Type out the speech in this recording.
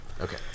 okay